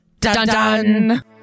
Dun-dun